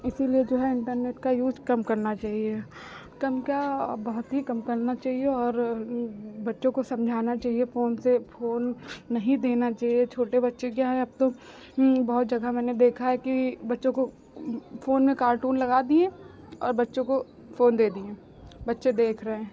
इसीलिए जो है इन्टरनेट का यूज़ कम करना चाहिए कम क्या अब बहुत ही कम करना चाहिए और बच्चों को समझाना चाहिए फ़ोन से फ़ोन नहीं देना चाहिए छोटे बच्चे क्या है अब तो बहुत जगह मैंने देखा है कि बच्चों को वह फ़ोन में कार्टून लगा दिए और बच्चों को फ़ोन दे दिए बच्चे देख रहे हैं